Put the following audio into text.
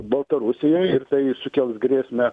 baltarusijoj ir tai sukels grėsmę